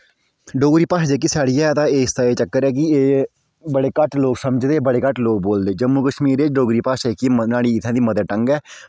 डोगरी भाशा जेह्की साढ़ी ऐ ते इसदा चक्कर एह् ऐ कि ओह् बड़े घट्ट लोक समझदे बड़े घट्ट लोग बोलदे जम्मू कश्मीर च जेह्ड़ी डोगरी भाशा ऐ एह् नुहाड़ी मदर टंग ऐ